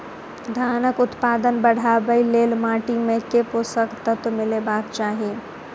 धानक उत्पादन बढ़ाबै लेल माटि मे केँ पोसक तत्व मिलेबाक चाहि?